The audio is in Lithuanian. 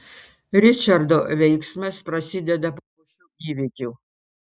ričardo veiksmas prasideda po šių įvykių